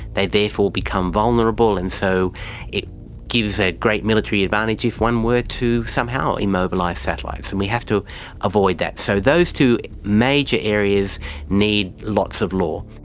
they therefore become vulnerable, and so it gives a great military advantage if one were to somehow immobilise satellites, and we have to avoid that. so those two major areas need lots of law.